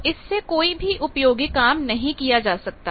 तो इससे कोई भी उपयोगी काम नहीं किया जा सकता